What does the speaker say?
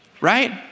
Right